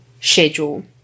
schedule